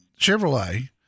Chevrolet